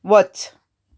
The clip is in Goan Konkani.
वच